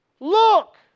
Look